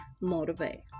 motivate